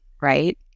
right